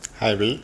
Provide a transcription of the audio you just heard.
hi